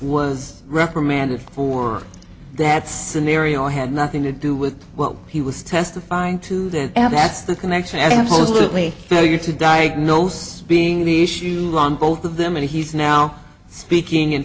was reprimanded for that scenario had nothing to do with what he was testifying to that ever that's the connection absolutely so you're to diagnose being the issues on both of them and he's now speaking